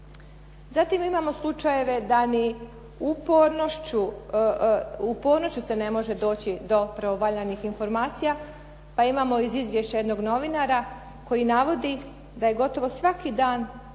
Zatim imamo slučajeve da ni upornošću se ne može doći do pravovaljanih informacija, pa imamo iz izvješća jednog novinara koji navodi da je gotovo svaki dan